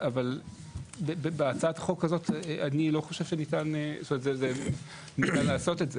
אבל בהצעת החוק הזה אני לא חושב שניתן לעשות את זה.